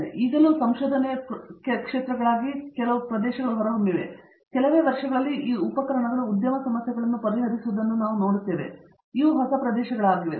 ಇವುಗಳು ಈಗಲೂ ಸಂಶೋಧನೆ ಪ್ರದೇಶಗಳಾಗಿ ಹೊರಹೊಮ್ಮುತ್ತಿವೆ ಎಂದು ನಾನು ಹೇಳುತ್ತೇನೆ ಆದರೆ ಕೆಲವೇ ವರ್ಷಗಳಲ್ಲಿ ಈ ಉಪಕರಣಗಳು ಉದ್ಯಮ ಸಮಸ್ಯೆಗಳನ್ನು ಪರಿಹರಿಸುವುದನ್ನು ನಾವು ನೋಡುತ್ತೇವೆ ಆದ್ದರಿಂದ ಇವು ಹೊಸ ಪ್ರದೇಶಗಳಾಗಿವೆ